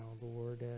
Lord